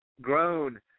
grown